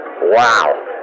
Wow